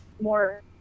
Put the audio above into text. more